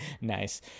Nice